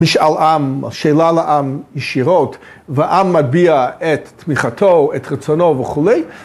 ‫בשאל העם, השאלה לעם ישירות, ‫והעם מביע את תמיכתו, את רצונו וכולי.